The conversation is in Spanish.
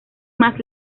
más